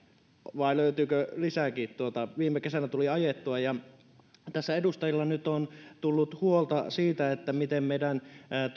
vai löytyykö lisääkin viime kesänä tuli ajettua tässä edustajilla nyt on tullut huolta siitä miten meidän